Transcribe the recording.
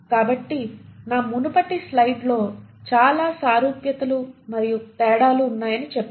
కాబట్టి నా మునుపటి స్లైడ్లో చాలా సారూప్యతలు మరియు తేడాలు ఉన్నాయని చెప్పేను